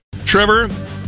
Trevor